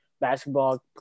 basketball